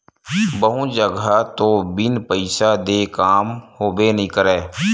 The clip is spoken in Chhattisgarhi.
बहुत जघा तो बिन पइसा देय काम होबे नइ करय